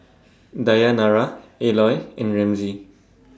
Dayanara Eloy and Ramsey